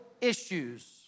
issues